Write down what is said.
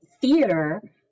theater